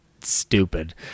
stupid